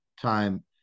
time